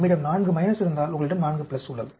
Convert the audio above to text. நம்மிடம் 4 இருந்தால் உங்களிடம் 4 உள்ளது